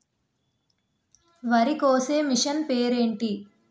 వరి కోసే మిషన్ పేరు ఏంటి